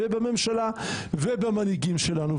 ובממשלה ובמנהיגים שלנו,